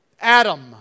Adam